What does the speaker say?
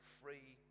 free